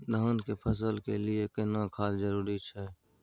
धान के फसल के लिये केना खाद जरूरी छै?